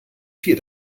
vier